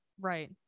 right